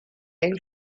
and